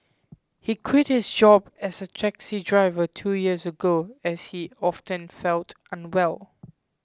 he quit his job as a taxi driver two years ago as he often felt unwell